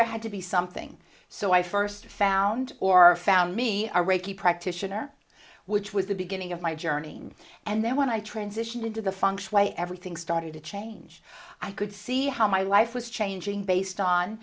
there had to be something so i first found or found me a reiki practitioner which was the beginning of my journey and they want to transition into the functionally everything started to change i could see how my life was changing based on